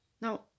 Now